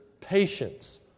patience